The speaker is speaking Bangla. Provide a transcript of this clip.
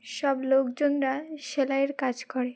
সব লোকজনরা সেলাইয়ের কাজ করে